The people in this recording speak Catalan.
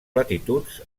latituds